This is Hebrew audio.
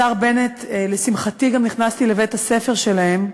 השר בנט, לשמחתי גם נכנסתי לבית-הספר שלהם,